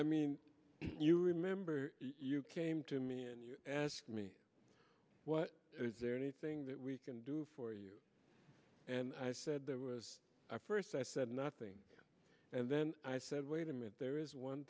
i mean you remember you came to me and asked me what is there anything that we can do for you and i said there was a first i said nothing and then i said wait a minute there is one